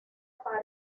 para